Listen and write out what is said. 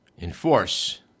enforce